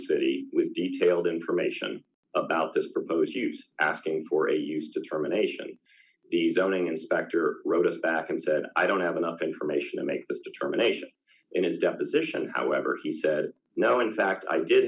city with detailed information about this proposal he's asking for a use to determination the zoning inspector wrote us back and said i don't have enough information to make this determination in his deposition however he said no in fact i did